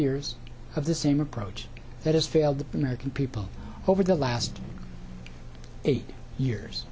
years of the same approach that has failed the american people over the last eight years